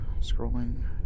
scrolling